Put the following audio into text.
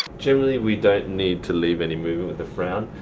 generally, we don't need to leave any movement with the frown,